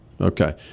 Okay